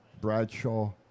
Bradshaw